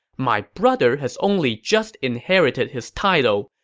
my brother has only just inherited his title,